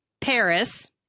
Paris